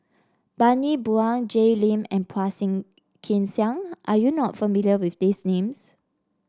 Bani Buang Jay Lim and Phua Thing Kin Siang are you not familiar with these names